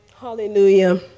Hallelujah